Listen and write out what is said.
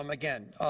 um again,